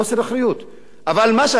אבל הדבר המזעזע, רבותי,